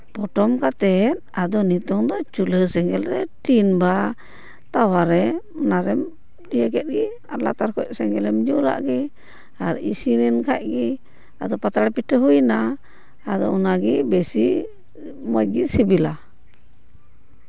ᱯᱚᱴᱚᱢ ᱠᱟᱛᱮᱫ ᱟᱫᱚ ᱱᱤᱛᱳᱜᱼᱫᱚ ᱪᱩᱞᱦᱟᱹ ᱥᱮᱸᱜᱮᱞ ᱨᱮ ᱴᱤᱱ ᱵᱟ ᱛᱟᱣᱟᱨᱮ ᱚᱱᱟ ᱨᱮᱢ ᱤᱭᱟᱹ ᱠᱮᱜ ᱜᱮ ᱟᱨ ᱞᱟᱛᱟᱨ ᱠᱷᱚᱡ ᱥᱮᱸᱜᱮᱞ ᱮᱢ ᱡᱩᱞ ᱟᱜ ᱜᱮ ᱟᱨ ᱤᱥᱤᱱ ᱮᱱ ᱠᱷᱟᱡ ᱜᱮ ᱟᱫᱚ ᱯᱟᱛᱲᱟ ᱯᱤᱴᱷᱟᱹ ᱦᱩᱭ ᱱᱟ ᱟᱫᱚ ᱚᱱᱟᱜᱮ ᱵᱮᱥᱤ ᱢᱚᱸᱡᱽ ᱜᱮ ᱥᱤᱵᱤᱞᱟ